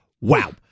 Wow